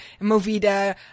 Movida